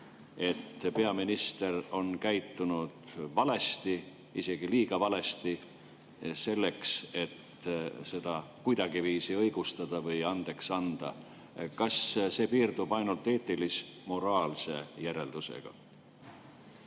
et peaminister on käitunud valesti, isegi liiga valesti selleks, et [tehtut] kuidagiviisi õigustada või andeks anda? Kas see piirdub ainult eetilis-moraalse järeldusega?